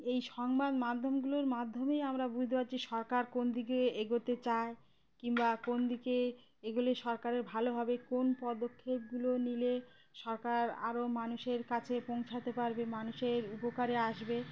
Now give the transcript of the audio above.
এই সংবাদ মাধ্যমগুলোর মাধ্যমেই আমরা বুঝতে পারছি সরকার কোন দিকে এগোতে চায় কিংবা কোন দিকে এগোলে সরকারের ভালো হবে কোন পদক্ষেপগুলো নিলে সরকার আরও মানুষের কাছে পৌঁছাতে পারবে মানুষের উপকারে আসবে